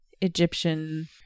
Egyptian